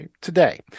Today